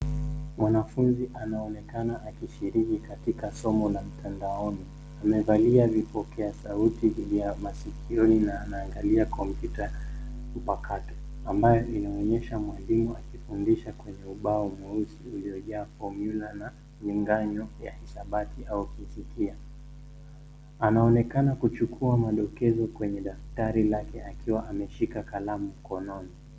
Mwanafunzi anaonekana akisirimu katika somo la mtandaoni, amevalia vipokea sauti vya masikioni na anaangalia kompyuta mpakato ,ambayo inaonyesha mwalimu akifundisha kwenye ubao mweusi uliyojaa formula na miganyo ya hisabati wa kitikia , anaonekana kuchukua madokezo kwenye daftari lake akiwa ameshika kalamu mkononi.